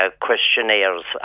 questionnaires